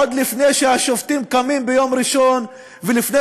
עוד לפני שהשופטים קמים ביום ראשון ולפני